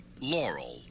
Laurel